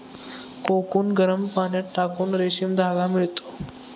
cocoon गरम पाण्यात टाकून रेशीम धागा मिळतो